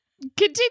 continue